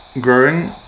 growing